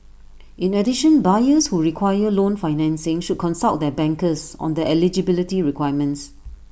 in addition buyers who require loan financing should consult their bankers on their eligibility requirements